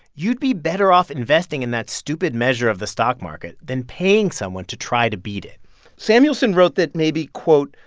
you'd be better off investing in that stupid measure of the stock market than paying someone to try to beat it samuelson wrote that maybe, quote,